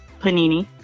Panini